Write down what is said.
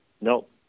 nope